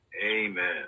Amen